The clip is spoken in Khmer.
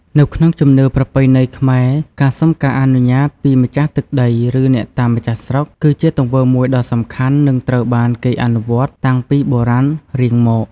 នៅក្នុងជំនឿប្រពៃណីខ្មែរ ការសុំការអនុញ្ញាតពីម្ចាស់ទឹកដី ឬអ្នកតាម្ចាស់ស្រុក គឺជាទង្វើមួយដ៏សំខាន់ និងត្រូវបានគេអនុវត្តតាំងពីបុរាណរៀងមក។